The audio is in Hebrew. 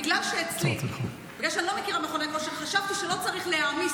בגלל שאני לא מכירה מכוני כושר חשבתי שלא צריך להעמיס